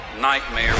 nightmare